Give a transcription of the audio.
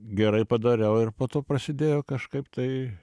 gerai padariau ir po to prasidėjo kažkaip tai